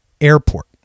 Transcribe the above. Airport